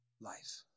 life